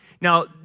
Now